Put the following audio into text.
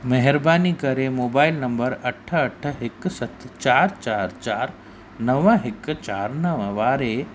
महिरबानी करे mobile number अठ अठ हिकु सत चार चार चार नव हिकु चार नव वारे